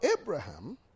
Abraham